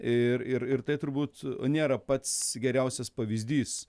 ir ir ir tai turbūt nėra pats geriausias pavyzdys